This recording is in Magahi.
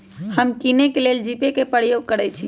हम किने के लेल जीपे कें प्रयोग करइ छी